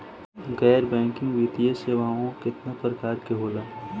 गैर बैंकिंग वित्तीय सेवाओं केतना प्रकार के होला?